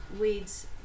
weeds